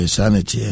Sanity